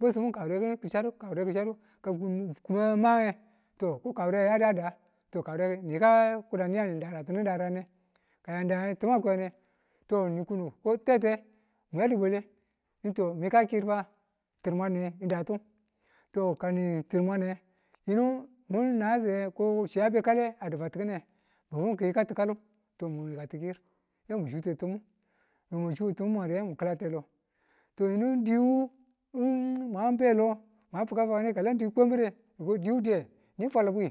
bwesumu kawure ni ki̱yodu ki̱ chadu kama ku- kum a mange ya to ko kawure niye dada to kawure niyika kudatinu yeni daratinu darane. ka yan da ti̱ma a kwiyane to ni kunu ko tete mu yadi bwale? mi to niyika kiir faa tir mwamnu datu to kani tir mwane yinu mwan na ko shi a bekabe a fwatibe a wo ki̱yika ti̱kalu to mun mwa yika dikir ye mu swute tumu mwan ma swute ti̱man ma riyenge mu ki̱late lo to yinudiwu mwan belo mwafi̱kade a landi kwambire mwi diwu diye nifwal bwi